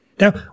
Now